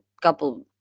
couple